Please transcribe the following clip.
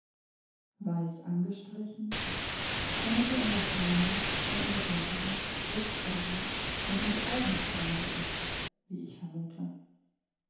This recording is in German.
weiß angestrichen damit er in der ferne und in der dunkelheit sichtbarer und in die augen fallender ist wie ich vermute